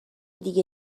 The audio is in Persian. دیگه